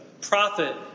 prophet